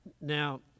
Now